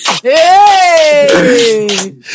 Hey